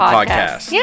podcast